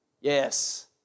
Yes